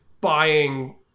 buying